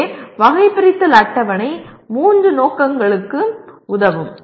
எனவே வகைபிரித்தல் அட்டவணை மூன்று நோக்கங்களுக்கும் உதவும்